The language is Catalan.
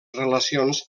relacions